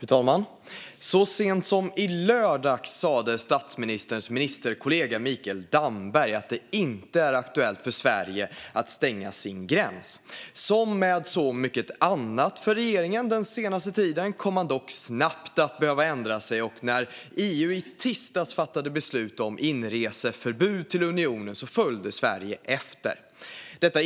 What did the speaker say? Fru talman! Så sent som i lördags sa statsministerns ministerkollega Mikael Damberg att det inte är aktuellt för Sverige att stänga sin gräns. Som med så mycket annat för regeringen den senaste tiden kom man dock snabbt att behöva ändra sig, och när EU i tisdags fattade beslut om inreseförbud till unionen följde Sverige efter.